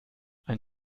ein